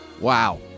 Wow